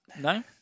no